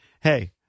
hey